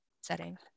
setting